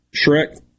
Shrek